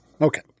Okay